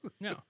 No